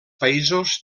països